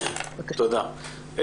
תודה.